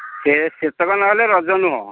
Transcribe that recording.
ସେ ସେତିକି ନହେଲେ ରଜ ନୁହଁ